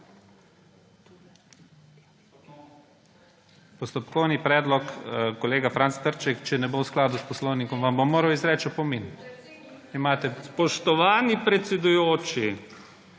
Postopkovni predlog kolega Franc Trček. Če ne bo v skladu s poslovnikom, vam bom moral izreči opomin. Imate besedo.